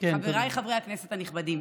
חבריי חברי הכנסת הנכבדים,